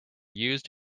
used